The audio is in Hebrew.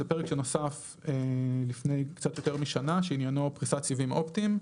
זה פרק שנוסף לפני קצת יותר משנה שעניינו פריסת סיבים אופטיים.